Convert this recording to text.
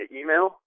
email